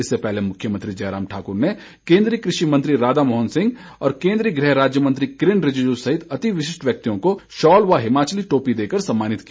इससे पहले मुख्यमंत्री जयराम ठाकुर ने केंद्रीय कृषि मंत्री राधा मोहन सिंह और केंद्रीय गृह राज्य मंत्री किरेन रिजिजू सहित अतिविशिष्ठ व्यक्तियों को शॉल व टोपी देकर समानित किया